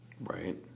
right